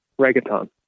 Reggaeton